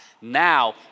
now